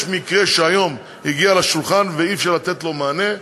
יש מקרה שהיום הגיע לשולחן ואי-אפשר לתת לו מענה,